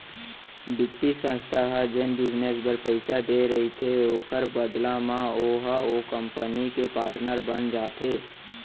बित्तीय संस्था ह जेन बिजनेस बर पइसा देय रहिथे ओखर बदला म ओहा ओ कंपनी के पाटनर बन जाथे